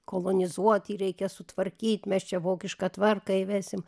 kolonizuot jį reikia sutvarkyt mes čia vokišką tvarką įvesim